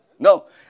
No